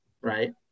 right